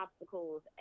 obstacles